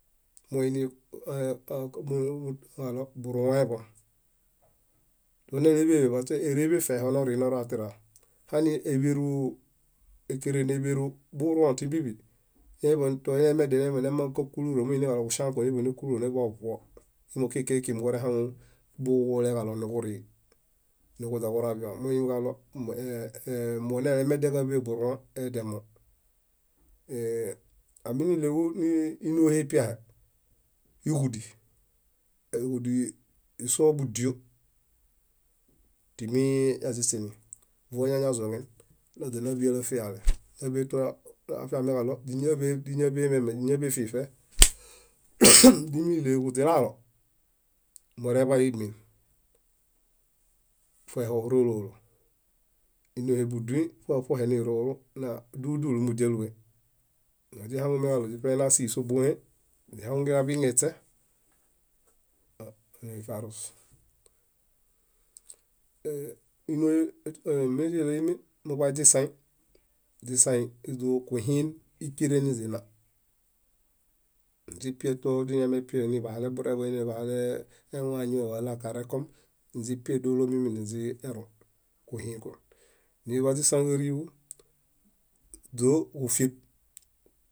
Doini buruġaɭo burúeḃom éereḃe fehonori niratira hani éḃeru burũo tibiḃaa toeñamedial eñaḃa nemaŋ nékuluro miinikalo kuŝianko eñaḃanékuluro néḃeovuo imo kikekiġi muġurehaŋu buġunekalo niġuri koźaġorabiḃaa moiniġalo monelemedial káḃeburũo ediamo aminiɭeġu niinohe ipiahe, íġudi, éġudi minena iso búdio timi yaziśĩli monañazoŋen náḃelo fiale náḃe toafiamikalo źiñaḃe fife źimiɭeġuźilaalo, muereḃaimin fehoerelólo. Inohebuduñ ṗohe ṗohe nirũrũ badulu dulu mudialue éźihaŋumiġalo źiṗaina síhi sóbohe źihuŋunn geġaḃiñeśe źefiarus ínohe miźiɭiimi muḃaiźisai, źiszi źóġuhin íkeren niźina niźipie toźiñamepie iinibahalrburebom iinibahalewaŋ wala karekom, niźipie dṗlomomi niźirũ, moḃaźisaġiriḃu źóġufieb.